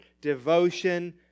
devotion